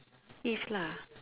if lah